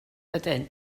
ydyn